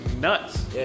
nuts